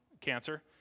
cancer